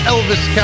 Elvis